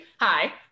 Hi